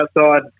outside